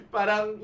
Parang